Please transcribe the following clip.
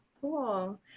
cool